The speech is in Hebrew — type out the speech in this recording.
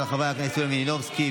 של חברי הכנסת יוליה מלינובסקי,